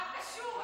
מה קשור?